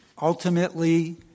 Ultimately